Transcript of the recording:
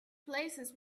places